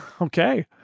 Okay